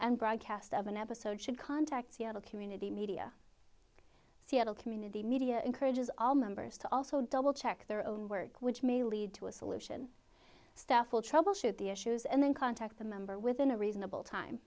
and broadcast of an episode should contact seattle community media seattle community media encourages all members to also double check their own work which may lead to a solution staff will troubleshoot the issues and then contact the member within a reasonable time